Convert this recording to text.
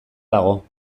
dago